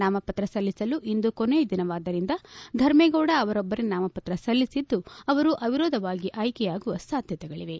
ನಾಮಪತ್ರ ಸಲ್ಲಿಸಲು ಇಂದು ಕೊನೆಯ ದಿನವಾದ್ವರಿಂದ ಧರ್ಮೇಗೌಡ ಅವರೊಬ್ಬರೇ ನಾಮಪತ್ರ ಸಲ್ಲಿಸಿದ್ದು ಅವರು ಅವಿರೋಧವಾಗಿ ಆಯ್ಕೆಯಾಗುವ ಸಾಧ್ಯತೆಗಳಿವೆ